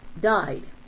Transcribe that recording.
died